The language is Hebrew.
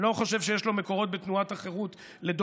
אני לא חושב שיש לו מקורות בתנועת החרות לדורותיה,